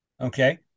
okay